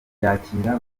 yakira